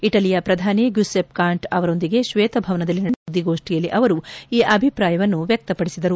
ಇಟಲಿಯ ಪ್ರಧಾನಿ Giuseppe Conte ಅವರೊಂದಿಗೆ ಶ್ವೇತಭವನದಲ್ಲಿ ನಡೆಸಿದ ಜಂಟಿ ಸುದ್ದಿಗೋಷ್ಠಿಯಲ್ಲಿ ಅವರು ಈ ಅಭಿಪ್ರಾಯವನ್ನು ವ್ಯಕ್ತಪಡಿಸಿದರು